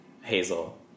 Hazel